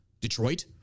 Detroit